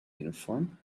uniform